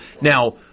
Now